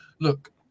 look